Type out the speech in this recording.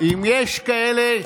אם יש כאלה,